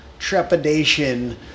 trepidation